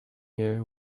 here